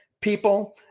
people